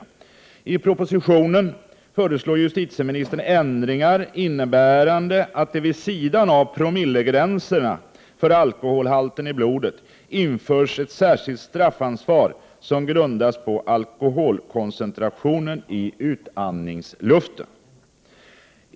I 55 propositionen föreslår justitieministern ändringar, innebärande att det vid sidan av promillegränserna för alkoholhalten i blodet införs ett särskilt straffansvar, som grundas på alkoholkoncentrationen i utandningsluften.